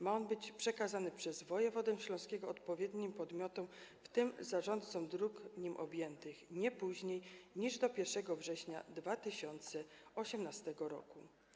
Ma on być przekazany przez wojewodę śląskiego odpowiednim podmiotom, w tym zarządcom dróg nim objętych, nie później niż do 1 września 2018 r.